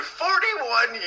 41